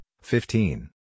fifteen